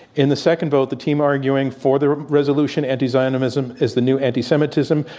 in the second vote, the team arguing for the resolution, anti-zionism is the new anti-semitism,